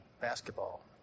basketball